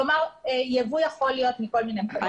כלומר, יבוא יכול להיות מכל מיני מקומות.